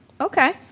Okay